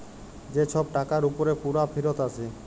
যে ছব টাকার উপরে পুরা ফিরত আসে